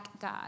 God